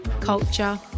culture